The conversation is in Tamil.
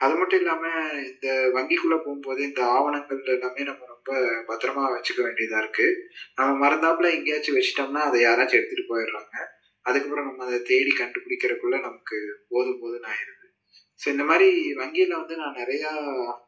அது மட்டும் இல்லாமல் இந்த வங்கிக்குள்ளே போகும்போது இந்த ஆவணங்கள் எல்லாமே நம்ம ரொம்ப பத்திரமாக வெச்சுக்க வேண்டியதாக இருக்கும் நம்ம மறந்தாப்பில் எங்கேயாச்சும் வெச்சுட்டோம்னா அதை யாராச்சும் எடுத்துகிட்டு போயிடுறாங்க அதுக்கப்புறம் நம்ம அதை தேடி கண்டுப்பிடிக்கிறதுக்குள்ள நமக்கு போதும் போதுன்னு ஆகிருது சரி இந்த மாதிரி வங்கியில் வந்து நான் நிறையா